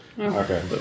Okay